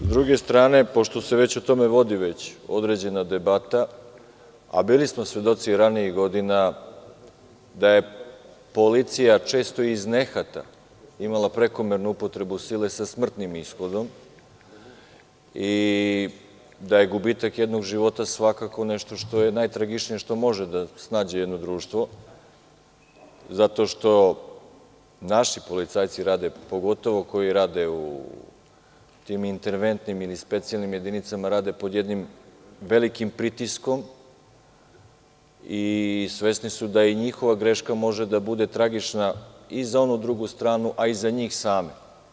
S druge strane, pošto se već o tome vodi određena debata, a bili smo svedoci ranijih godina da je policija često iz nehata imala prekomernu upotrebu sile sa smrtnim ishodom i da je gubitak jednog života svakako nešto što je najtragičnije što može da snađe jedno društvo, zato što naši policajci rade, pogotovo koji rade u tim interventnim ili specijalnim jedinicama, pod jednim velikim pritiskom i svesni su da i njihova greška može da bude tragična i za onu drugu stranu, kao i za njih same.